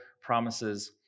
promises